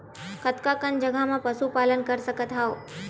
कतका कन जगह म पशु पालन कर सकत हव?